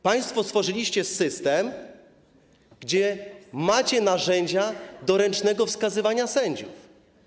Państwo stworzyliście system, w którym macie narzędzia do ręcznego wskazywania sędziów.